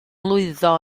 lwyddo